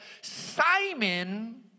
Simon